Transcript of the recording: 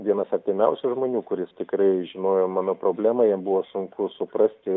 vienas artimiausių žmonių kuris tikrai žinojo mano problemą jam buvo sunku suprasti